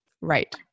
Right